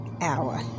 hour